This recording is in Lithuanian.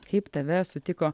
kaip tave sutiko